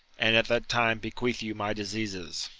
and at that time bequeath you my diseases.